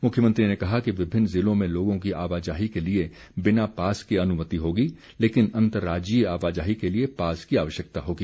मुख्यमंत्री ने कहा कि विभिन्न ज़िलों में लोगों की आवाजाही के लिए बिना पास के अनुमति होगी लेकिन अंतर्राज्यीय आवाजाही के लिए पास की आवश्यकता होगी